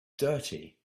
dirty